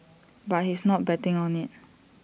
but he's not betting on IT